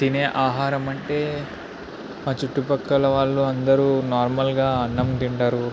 తినే ఆహారం అంటే మా చుట్టుపక్కల వాళ్ళు అందరు నార్మల్గా అన్నం తింటారు